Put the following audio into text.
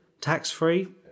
tax-free